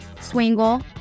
Swingle